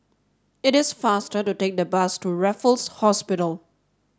it is faster to take the bus to Raffles Hospital